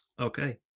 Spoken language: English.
Okay